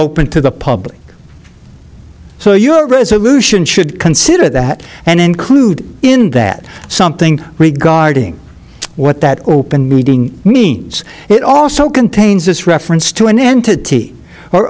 open to the public so your resolution should consider that and include in that something regarding what that open meeting means it also contains this reference to an entity or